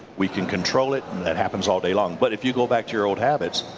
we can control it. that happens all day long. but if you go back to your old habits,